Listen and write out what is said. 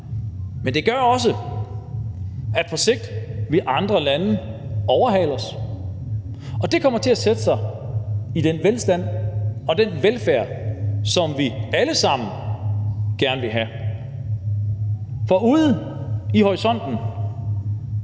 men det gør også, at på sigt vil andre lande overhale os, og det kommer til at sætte sig i den velstand og den velfærd, som vi alle sammen gerne vil have. For ude i horisonten